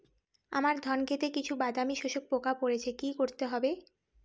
আমার ধন খেতে কিছু বাদামী শোষক পোকা পড়েছে কি করতে হবে?